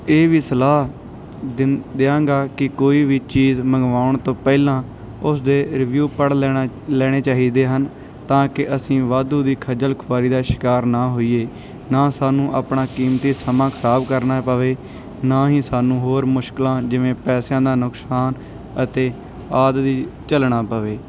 ਇਹ ਵੀ ਸਲਾਹ ਦਿੰਦਾ ਦਿਆਂਗਾ ਕਿ ਕੋਈ ਵੀ ਚੀਜ਼ ਮੰਗਵਾਉਣ ਤੋਂ ਪਹਿਲਾਂ ਉਸਦੇ ਰਿਵਿਊ ਪੜ੍ਹ ਲੈਣਾ ਲੈਣੇ ਚਾਹੀਦੇ ਹਨ ਤਾਂ ਕਿ ਅਸੀਂ ਵਾਧੂ ਦੀ ਖੱਜਲ ਖੁਆਰੀ ਦਾ ਸ਼ਿਕਾਰ ਨਾ ਹੋਈਏ ਨਾ ਸਾਨੂੰ ਆਪਣਾ ਕੀਮਤੀ ਸਮਾਂ ਖਰਾਬ ਕਰਨਾ ਪਵੇ ਨਾ ਹੀ ਸਾਨੂੰ ਹੋਰ ਮੁਸ਼ਕਿਲਾਂ ਜਿਵੇਂ ਪੈਸਿਆਂ ਦਾ ਨੁਕਸ਼ਾਨ ਅਤੇ ਆਦਿ ਦੀ ਝਲਣਾ ਪਵੇ